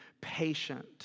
patient